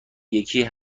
یکی